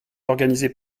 organisées